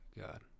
God